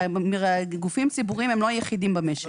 גופים ציבוריים הם לא היחידים במשק.